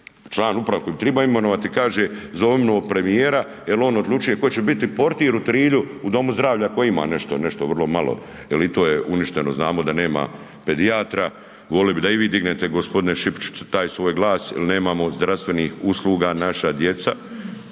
član uprave koji bi tribao imenovati kaže, zovnimo premijera jer on odlučuje tko će biti portir u Trilju u domu zdravlja koji ima nešto, nešto vrlo malo jel i to je uništeno, znamo da nema pedijatra, volio bi da i vi dignete gospodine Šipiću taj svoj glas jer nemamo zdravstvenih usluga, naša djeca.